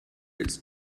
its